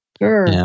Sure